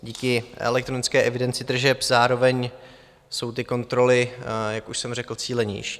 Díky elektronické evidenci tržeb zároveň jsou ty kontroly, jak už jsem řekl, cílenější.